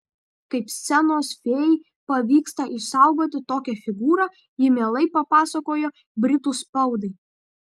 kaip scenos fėjai pavyksta išsaugoti tokią figūrą ji mielai papasakojo britų spaudai